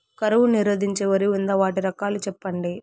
కరువు నిరోధించే వరి ఉందా? వాటి రకాలు చెప్పండి?